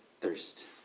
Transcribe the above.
thirst